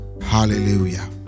hallelujah